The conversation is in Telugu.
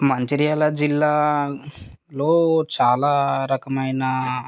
మంచిర్యాల జిల్లాలో చాలా రకమైన